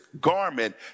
garment